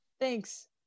Thanks